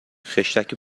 خشتک